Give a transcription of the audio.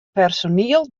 personiel